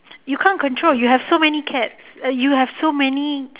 you can't control you have so many cats you have so many